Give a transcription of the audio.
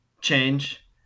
Change